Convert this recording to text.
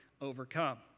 overcome